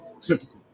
Typical